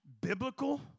biblical